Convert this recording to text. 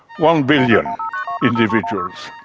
one billion individuals.